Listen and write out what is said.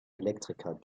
elektriker